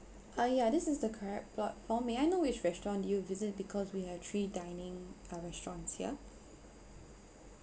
ah yeah this is the correct platform may I know which restaurant do you visit because we have three dining uh restaurant here